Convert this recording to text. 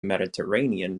mediterranean